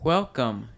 Welcome